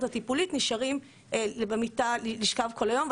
הטיפולית נשארים במיטה לשכב כל היום,